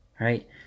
right